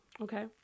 Okay